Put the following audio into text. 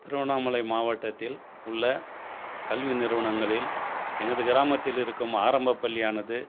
திருவண்ணாமலை மாவட்டத்தில் உள்ள கல்வி நிறுவனங்களில் எனது கிராமத்தில் இருக்கும் ஆரம்பப் பள்ளியானது